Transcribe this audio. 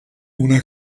una